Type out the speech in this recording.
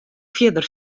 fierder